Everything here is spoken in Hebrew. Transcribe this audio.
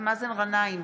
אינו נוכח מאזן גנאים,